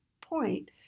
point